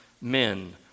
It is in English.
men